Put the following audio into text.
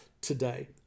today